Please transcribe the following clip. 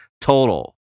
total